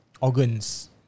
Organs